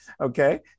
Okay